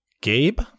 Gabe